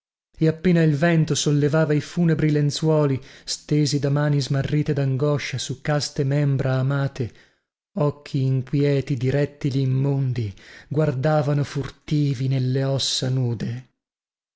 e appena il vento sollevava i funebri lenzuoli stesi da mani smarrite dangoscia su caste membra amate occhi inquieti di rettili immondi guardavano furtivi nelle ossa nude